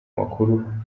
makuru